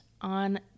on